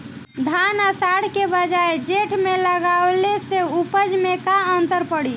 धान आषाढ़ के बजाय जेठ में लगावले से उपज में का अन्तर पड़ी?